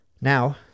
now